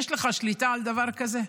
יש לך שליטה על דבר כזה?